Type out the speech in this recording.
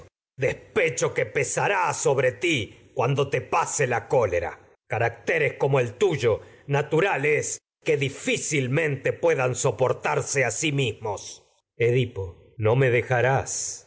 pecho que pesará sobre ti cuando te pase la cólera racteres como el tuyo natural es que difícilmente pue dan soportarse a sí mismos edipo no me dejarás